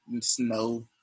Snow